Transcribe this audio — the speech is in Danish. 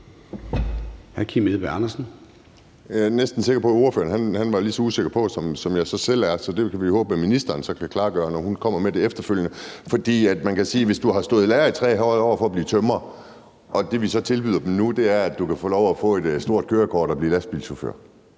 Kim Edberg Andersen (NB): Jeg er næsten sikker på, at ordføreren var lige så usikker på det, som jeg selv er, så det kan vi håbe at ministeren kan klargøre, når hun kommer på efterfølgende. For man kan sige, at hvis man har stået i lære i 3 år for at blive tømrer, og det, vi så tilbyder nu, er, at man kan få lov til at få et stort kørekort og blive lastbilchauffør,